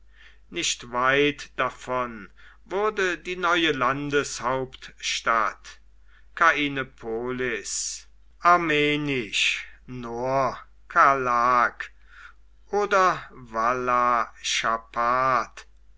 nicht weit davon wurde die neue landeshauptstadt kainepolis armenisch nor khalakh oder